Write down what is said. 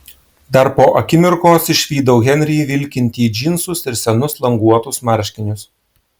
dar po akimirkos išvydau henrį vilkintį džinsus ir senus languotus marškinius